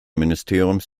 ministeriums